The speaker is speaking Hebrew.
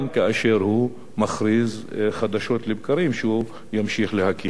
מכריז חדשות לבקרים שהוא ימשיך להקים התנחלויות.